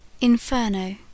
Inferno